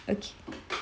okay